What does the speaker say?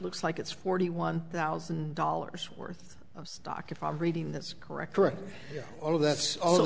looks like it's forty one thousand dollars worth of stock if i'm reading that's correct correct all of that all of